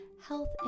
health